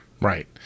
Right